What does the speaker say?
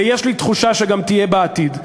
ויש לי תחושה שגם תהיה בעתיד,